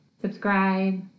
subscribe